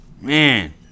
man